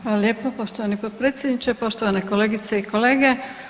Hvala lijepo poštovani potpredsjedniče, poštovane kolegice i kolege.